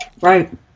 Right